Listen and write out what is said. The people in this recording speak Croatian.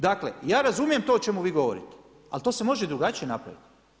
Dakle, ja razumijem to o čemu vi govorite, ali to se može i drugačije napraviti.